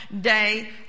day